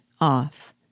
Off